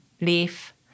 leaf